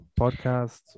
Podcasts